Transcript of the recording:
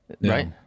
Right